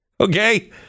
Okay